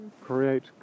create